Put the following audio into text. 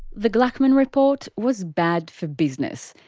the gluckman report was bad for business.